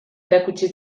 erakutsi